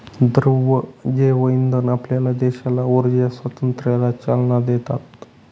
द्रव जैवइंधन आपल्या देशाला ऊर्जा स्वातंत्र्याला चालना देतात